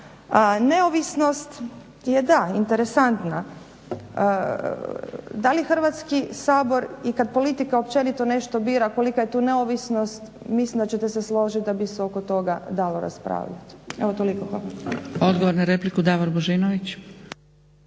neovisnost je interesantna, da li Hrvatski sabor i kad politika općenito nešto bira kolika je tu neovisnost mislim da ćete se složiti da bi se oko toga dalo raspravljati. Evo, toliko. Hvala. **Zgrebec, Dragica